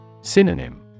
Synonym